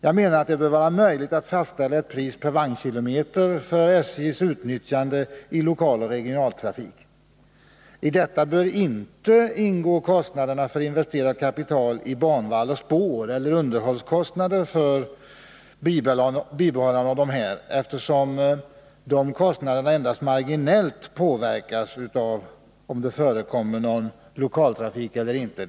Jag menar att det bör vara möjligt att fastställa ett pris per vagnkilometer för SJ:s utnyttjande i lokaloch regionaltrafik. I detta pris bör inte ingå kostnaderna för investerat kapital i banvall och spår eller underhållskostnader för bibehållande av det här, eftersom dessa kostnader endast marginellt påverkas av om det förekommer lokaltrafik eller inte.